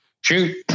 shoot